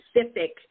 specific